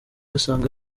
usanga